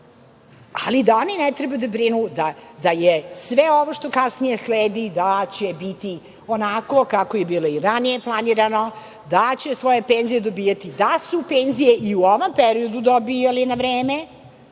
Ali, da oni ne treba da brinu, da je sve ovo što kasnije sledi, da će biti onako je bilo i ranije planirano, da će svoje penzije dobijati, da su penzije i u ovom periodu dobijali na vreme.